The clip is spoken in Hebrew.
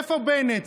איפה בנט?